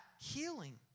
healing